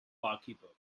barkeeper